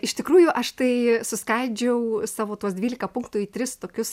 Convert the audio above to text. iš tikrųjų aš tai suskaidžiau savo tuos dvylika punktų į tris tokius